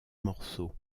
morceaux